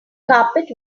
carpet